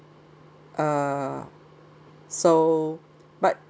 uh so but